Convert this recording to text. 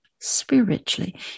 spiritually